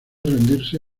rendirse